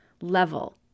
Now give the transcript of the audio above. level